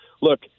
Look